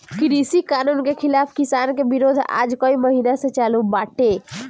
कृषि कानून के खिलाफ़ किसान के विरोध आज कई महिना से चालू बाटे